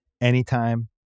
Anytime